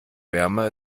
wärmer